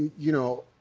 you know,